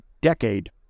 decade